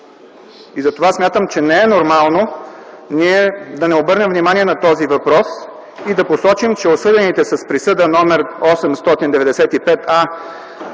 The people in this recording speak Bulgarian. Затова смятам, че не е нормално ние да не обърнем внимание на този въпрос и да посочим, че осъдените с Присъда № 895а